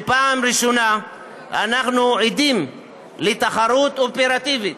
פעם ראשונה אנחנו עדים לתחרות אופרטיבית